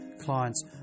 clients